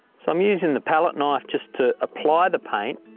so i'm using the palette knife just to apply the paint,